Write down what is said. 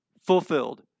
fulfilled